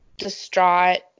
distraught